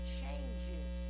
changes